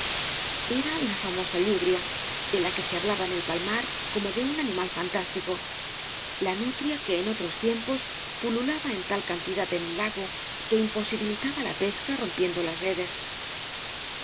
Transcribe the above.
era la famosa lludria de ja que q hablaba n el palmar como de un animal fantástico la nutria que ea otros tiempos pululaba en tal cantidad eo el lago que imposibilitaba la pesca rompiendo las redes el